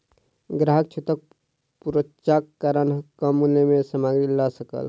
ग्राहक छूटक पर्चाक कारण कम मूल्य में सामग्री लअ सकल